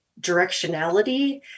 directionality